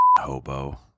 hobo